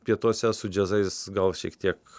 pietuose su džiazais gal šiek tiek